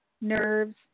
nerves